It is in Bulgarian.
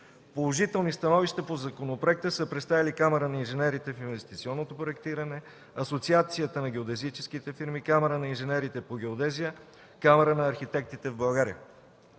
Положителни становища по законопроекта са представили Камарата на инженерите в инвестиционното проектиране, Асоциацията на геодезическите фирми, Камарата на инженерите по геодезия и Камарата на архитектите в България.